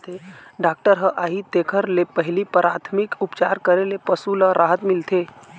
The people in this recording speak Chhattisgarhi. डॉक्टर ह आही तेखर ले पहिली पराथमिक उपचार करे ले पशु ल राहत मिलथे